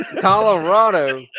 Colorado